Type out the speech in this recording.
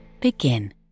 Begin